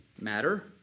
Matter